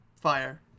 fire